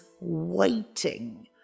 waiting